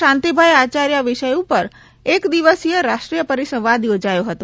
શાંતિભાઇ આચાર્ય વિષય પર એક દિવસીય રાષ્ટ્રીય પરિસંવાદ યોજાયો હતા